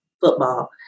football